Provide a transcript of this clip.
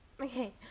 okay